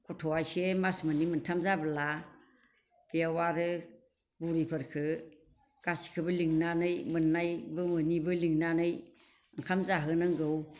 गथ'आ एसे मास मोननै मोनथाम जाब्ला बेयाव आरो बुरैफोरखो गासैखोबो लिंनानै मोननायबो मोनैबो लिंनानै ओंखाम जाहोनांगौ